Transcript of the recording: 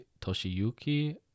toshiyuki